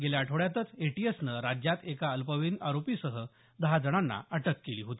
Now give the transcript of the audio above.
गेल्या आठवड्यातच एटीएसनं राज्यात एका अल्पवयीन आरोपीसह दहा जणांना अटक केली होती